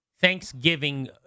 Thanksgiving